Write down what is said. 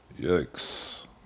yikes